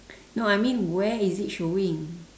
no I mean where is it showing